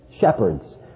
shepherds